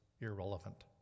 irrelevant